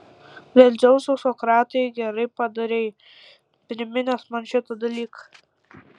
dėl dzeuso sokratai gerai padarei priminęs man šitą dalyką